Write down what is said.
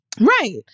Right